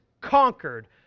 conquered